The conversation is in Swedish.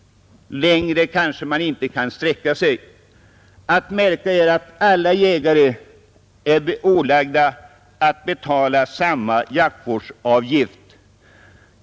Längre kanske man inte kan sträcka sig. Att märka är att alla jägare är ålagda att betala samma jaktvårdsavgift.